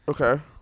Okay